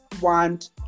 want